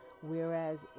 whereas